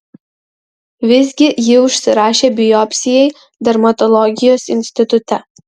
visgi ji užsirašė biopsijai dermatologijos institute